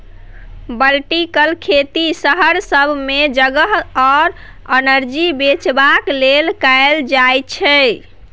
vertical खेती शहर सब मे जगह आ एनर्जी बचेबाक लेल कएल जाइत छै